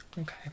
Okay